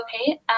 Okay